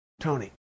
Tony